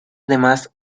además